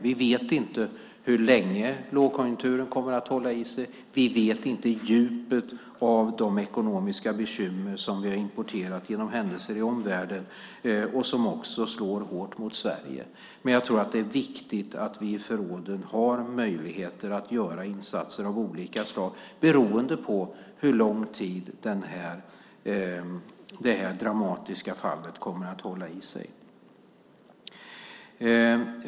Vi vet inte hur länge lågkonjunkturen kommer att hålla i sig. Vi vet inte djupet av de ekonomiska bekymmer som vi har importerat genom händelser i omvärlden och som också slår hårt mot Sverige. Men jag tror att det är viktigt att vi i förråden har möjligheter att göra insatser av olika slag beroende på hur lång tid det dramatiska fallet kommer att hålla i sig.